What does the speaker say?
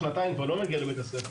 שנתיים והוא לא מגיע לבית-הספר,